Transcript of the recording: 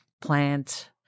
plant